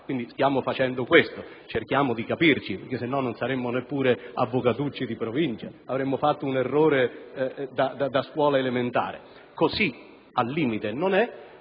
questo stiamo facendo, cerchiamo di capirci, altrimenti non saremmo neppure avvocatucci di provincia, avremmo fatto un errore da scuola elementare. Così al limite non è,